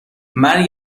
مرگ